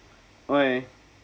okay